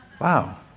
Wow